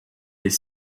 est